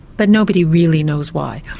but nobody really knows why.